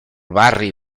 barri